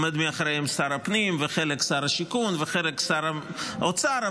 עומד מאחוריהן שר הפנים וחלק שר השיכון וחלק שר האוצר,